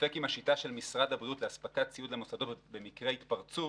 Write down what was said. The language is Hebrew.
ספק אם השיטה של משרד הבריאות לאספקת ציוד למוסדות במקרה התפרצות